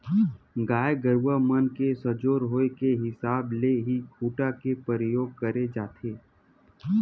गाय गरुवा मन के सजोर होय के हिसाब ले ही खूटा के परियोग करे जाथे